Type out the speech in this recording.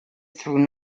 through